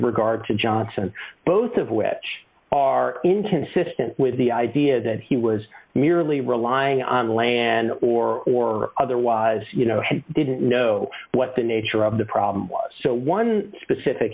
regard to johnson both of which are inconsistent with the idea that he was merely relying on land or or otherwise you know he didn't know what the nature of the problem was so one specific